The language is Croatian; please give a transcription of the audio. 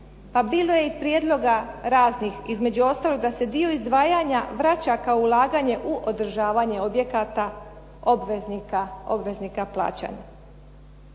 Pa bilo je i prijedloga raznih, između ostalog da se dio izdvajanja vraća ka ulaganje u održavanje objekata obveznika plaćanja.